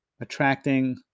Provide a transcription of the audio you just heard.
attracting